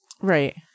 Right